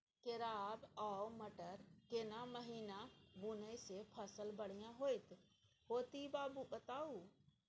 केराव आ मटर केना महिना बुनय से फसल बढ़िया होत ई बताबू?